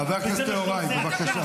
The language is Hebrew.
חבר הכנסת יוראי, בבקשה.